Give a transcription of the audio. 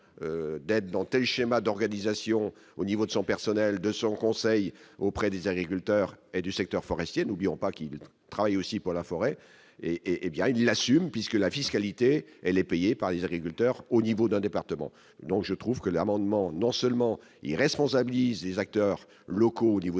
d'être schémas d'organisation au niveau de son personnel de son conseil auprès des agriculteurs et du secteur forestier, n'oublions pas qu'il travaille aussi pour la forêt et hé bien il l'assume puisque la fiscalité, elle est payée par les agriculteurs au niveau d'un département, donc je trouve que l'amendement, non seulement il responsabilise les acteurs locaux au niveau